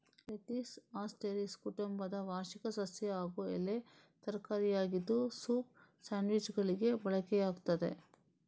lettuce Asteraceae ಕುಟುಂಬದ ವಾರ್ಷಿಕ ಸಸ್ಯ ಹಾಗೂ ಎಲೆ ತರಕಾರಿಯಾಗಿದ್ದು ಸೂಪ್, ಸ್ಯಾಂಡ್ವಿಚ್ಚುಗಳಿಗೆ ಬಳಕೆಯಾಗ್ತದೆ